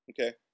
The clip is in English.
Okay